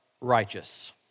righteous